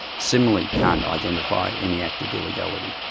similarly can't identify any act of illegality.